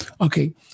Okay